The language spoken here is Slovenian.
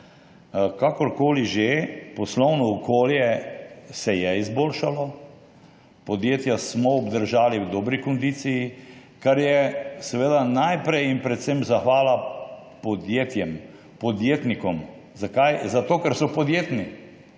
Kakorkoli že, poslovno okolje se je izboljšalo, podjetja smo obdržali v dobri kondiciji, za kar gre seveda najprej in predvsem zahvala podjetjem, podjetnikom. Zakaj? Zato, ker so podjetni,